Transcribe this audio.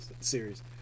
series